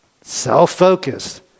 Self-focused